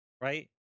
right